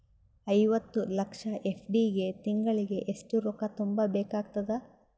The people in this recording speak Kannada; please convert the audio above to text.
ಐವತ್ತು ಲಕ್ಷ ಎಫ್.ಡಿ ಗೆ ತಿಂಗಳಿಗೆ ಎಷ್ಟು ರೊಕ್ಕ ತುಂಬಾ ಬೇಕಾಗತದ?